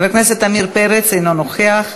חבר הכנסת עמיר פרץ אינו נוכח,